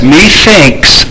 Methinks